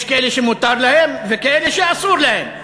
יש כאלה שמותר להם וכאלה שאסור להם.